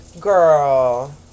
girl